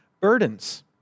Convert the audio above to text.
burdens